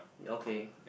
okay